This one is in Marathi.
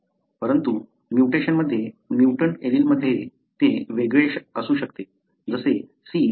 परंतु म्यूटेशन मध्ये म्युटंट ऍलीलमध्ये ते वेगळे असू शकते जसे C आणि D